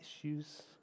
issues